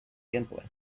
gameplay